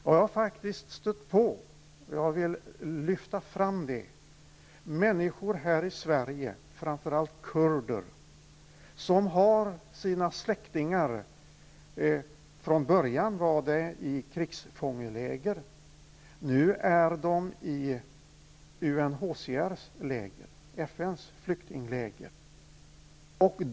Men jag har faktiskt stött på -- detta vill jag lyfta fram -- människor här i Sverige, framför allt kurder, som har haft släktingar i krigsfångeläger som nu är i UNHCR:s läger, alltså FN:s flyktingläger.